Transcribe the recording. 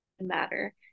matter